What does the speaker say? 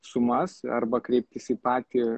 sumas arba kreiptis į patį